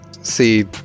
see